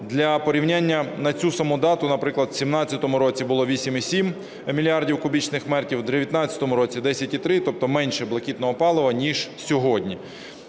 Для порівняння: на цю саму дату, наприклад, в 17-му році було 8,7 мільярда кубічних метрів, в 19-му році – 10,3, тобто менше блакитного палива ніж сьогодні.